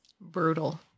Brutal